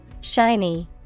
Shiny